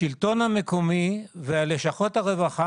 השלטון המקומי ולשכות הרווחה,